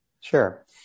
Sure